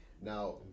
Now